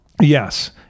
Yes